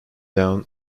down